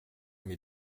mes